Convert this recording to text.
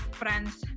friends